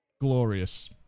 Glorious